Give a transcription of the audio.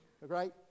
right